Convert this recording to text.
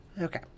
Okay